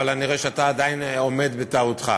אבל אני רואה שאתה עדיין עומד בטעותך.